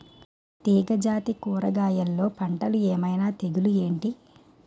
తీగ జాతి కూరగయల్లో పంటలు ఏమైన తెగులు ఏంటి?